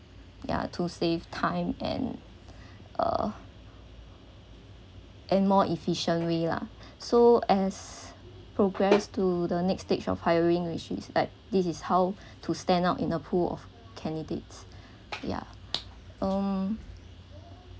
ya to save time and uh and more efficient way lah so as progress to the next stage of hiring which is uh this is how to stand out in a pool of candidates yeah um